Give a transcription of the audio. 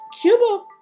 cuba